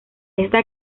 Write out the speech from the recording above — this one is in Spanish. esta